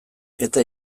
eta